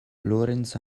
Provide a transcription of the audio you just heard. lorenz